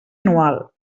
anual